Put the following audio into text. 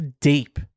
deep